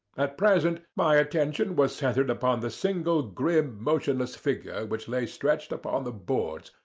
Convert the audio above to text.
at present my attention was centred upon the single grim motionless figure which lay stretched upon the boards,